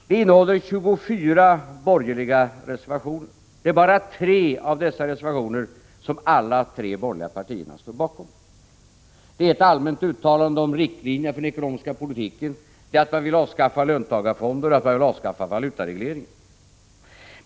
Det innehåller 24 borgerliga reservationer. Det är bara tre av dessa reservationer som alla tre borgerliga partierna står bakom. Dessa reservationer gäller ett allmänt uttalande om riktlinjerna för den ekonomiska politiken, vidare att man vill avskaffa löntagarfonderna och att man vill avskaffa valutaregleringen.